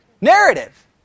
Narrative